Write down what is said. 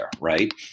right